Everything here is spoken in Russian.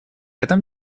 этом